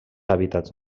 hàbitats